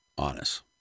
honest